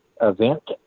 event